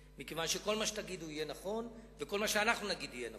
מכיוון שכל מה שתגידו יהיה נכון וכל מה שאנחנו נגיד יהיה נכון.